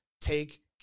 take